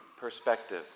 perspective